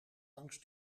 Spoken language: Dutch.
langs